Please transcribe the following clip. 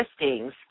listings